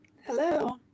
Hello